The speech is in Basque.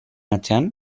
atzean